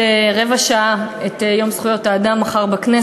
מחר, עוד רבע שעה, את יום זכויות האדם בכנסת.